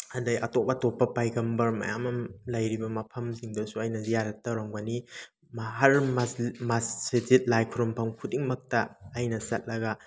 ꯑꯗꯩ ꯑꯇꯣꯞ ꯑꯇꯣꯞꯄ ꯄꯥꯏꯒꯝꯕꯔ ꯃꯌꯥꯝꯑꯝ ꯂꯩꯔꯤꯕ ꯃꯐꯝꯁꯤꯡꯗꯁꯨ ꯑꯩꯅ ꯒ꯭ꯌꯥꯌꯠ ꯇꯧꯔꯝꯒꯅꯤ ꯃꯥꯍꯜ ꯃꯁꯖꯤꯠ ꯂꯥꯏ ꯈꯨꯔꯨꯝꯐꯝ ꯈꯨꯗꯤꯡꯃꯛꯇ ꯑꯩꯅ ꯆꯠꯂꯒ